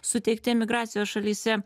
suteikti emigracijos šalyse